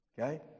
okay